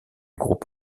groupe